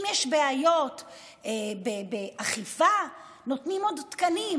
אם יש בעיות באכיפה, נותנים עוד תקנים.